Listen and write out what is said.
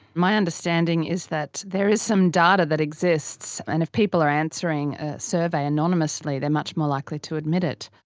my understanding is that there is some data that exists, and if people are answering a survey anonymously, they're much more likely to admit it.